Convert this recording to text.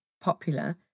popular